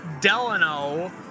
Delano